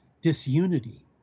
disunity